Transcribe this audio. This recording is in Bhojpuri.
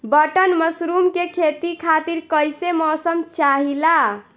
बटन मशरूम के खेती खातिर कईसे मौसम चाहिला?